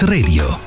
Radio